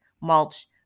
mulch